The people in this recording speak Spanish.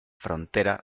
frontera